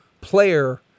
player